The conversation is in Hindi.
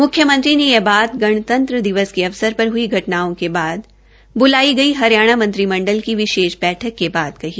मुख्यमंत्री ने यह बात गणतंत्र दिवस के अवसर पर हई घटनाओं के बाद कल देर सायं बुलाई गई हरियाणा मंत्रिमंडल की विशेष बैठक के बाद कही